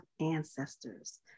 ancestors